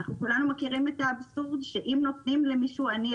כולנו מכירים את האבסורד שאם נותנים למישהו עני,